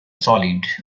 solid